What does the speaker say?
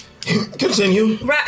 Continue